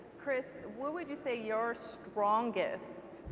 chris, what would you say your strongest